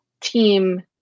Team